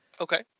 Okay